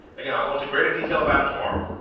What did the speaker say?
again, i'll go into greater detail about it tomorrow.